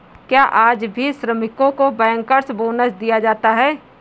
क्या आज भी श्रमिकों को बैंकर्स बोनस दिया जाता है?